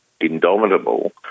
indomitable